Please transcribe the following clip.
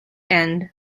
end